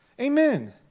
Amen